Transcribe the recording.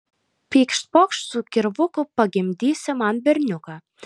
pykšt pokšt su kirvuku pagimdysi man berniuką